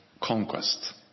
conquest